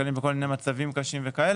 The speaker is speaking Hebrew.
046332: תוכניות תרבות כמנוע צמיחה.